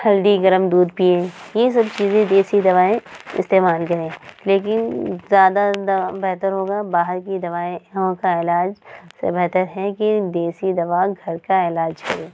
ہلدی گرم دودھ پئیں یہ سب چیزیں دیسی دوائیں استعمال کریں لیکن زیادہ بہتر ہوگا باہر کی دوائیں وہاں کا علاج سے بہتر ہے کہ دیسی دوا گھر کا علاج کریں